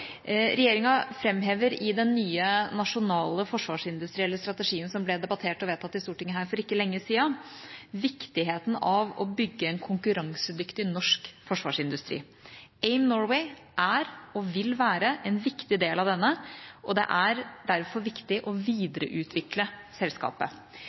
Regjeringa framhever i den nye nasjonale forsvarsindustrielle strategien som ble debattert og vedtatt her i Stortinget for ikke så lenge siden, viktigheten av å bygge en konkurransedyktig norsk forsvarsindustri. AIM Norway er og vil være en viktig del av denne, og det er derfor viktig å